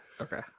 okay